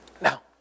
Now